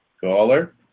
Caller